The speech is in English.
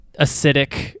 acidic